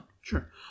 Sure